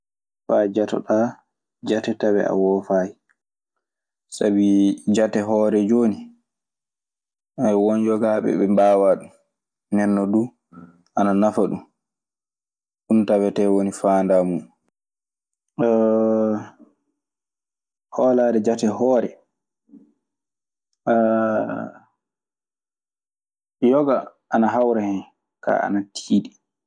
Faa jatoɗaa jate tawee a woofay. Sabi jate hoore jooni, won yogaaɓe ɓe mbaawaa ɗun. Nden non du ana nafaa ɗun. Ɗun tawetee woni faandaa muuɗun. Hoolaare jate hoore, yoga ana hawra hen. Kaa ana tiiɗi.